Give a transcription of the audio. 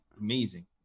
amazing